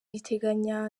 riteganya